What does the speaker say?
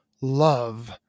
love